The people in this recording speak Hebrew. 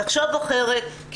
לחשוב אחרת,